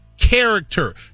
character